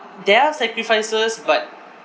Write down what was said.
there are sacrifices but